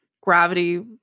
gravity